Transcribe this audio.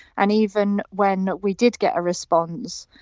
and even when we did get a response,